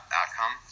outcome